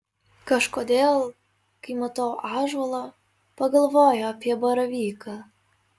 kažkodėl kai matau ąžuolą pagalvoju apie baravyką